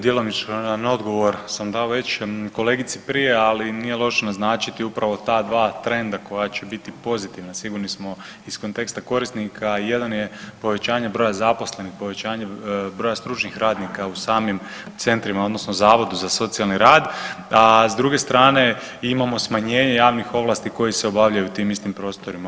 Zahvaljujem se na pitanju, djelomičan odgovor sam dao već kolegici prije, ali nije loše naznačiti upravo ta dva trenda koja će biti pozitivna, sigurni smo iz konteksta korisnika, jedan je povećanje broja zaposlenih, povećanje broja stručnih radnika u samim centrima, odnosno zavodu za socijalni rad, a s druge strane, imamo smanjenje javnih ovlasti koje se obavljaju u tim istim prostorima.